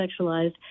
sexualized